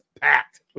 packed